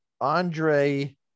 Andre